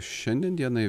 šiandien dienai